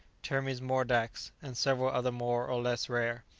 termes mordax and several others more or less rare.